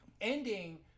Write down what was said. Ending